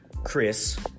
Chris